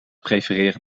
prefereren